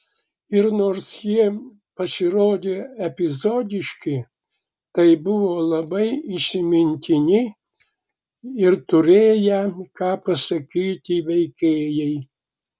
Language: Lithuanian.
ir nors jie pasirodė epizodiškai tai buvo labai įsimintini ir turėję ką pasakyti veikėjai